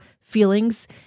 feelings